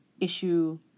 issue